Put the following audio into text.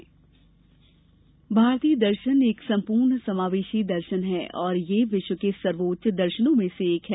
राज्यपाल भारतीय दर्शन एक संप्रर्ण समावेशी दर्शन है और यह विश्व के सर्वोच्च दर्शनों में से एक है